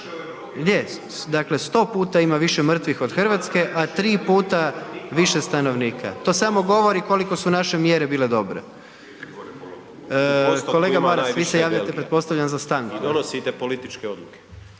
dakle 100 puta ima više mrtvih od Hrvatske, a 3 puta više stanovnika. To samo govori koliko su naše mjere bile dobre. Kolega Maras, vi se javljate .../Upadica se ne čuje./...